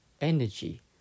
energy